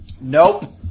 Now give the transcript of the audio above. Nope